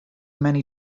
many